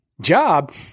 job